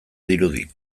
dirudi